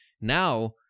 now